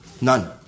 None